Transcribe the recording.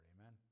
Amen